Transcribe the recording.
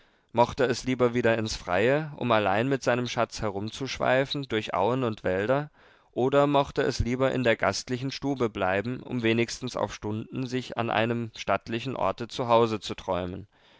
mochte es lieber wieder ins freie um allein mit seinem schatz herumzuschweifen durch auen und wälder oder mochte es lieber in der gastlichen stube bleiben um wenigstens auf stunden sich an einem stattlichen orte zu hause zu träumen